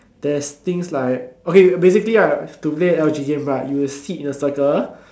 there's things like okay basically right to play L_G game right you will sit in a circle